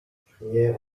crièrent